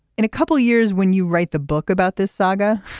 in a couple years when you write the book about this saga